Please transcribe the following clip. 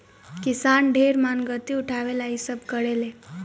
किसान ढेर मानगती उठावे ला इ सब करेले